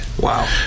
Wow